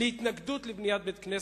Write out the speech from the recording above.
התנגדות לבניית בית-כנסת.